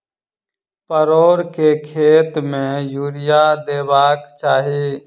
परोर केँ खेत मे यूरिया देबाक चही?